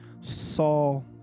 Saul